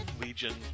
Legion